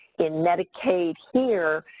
in medicaid here,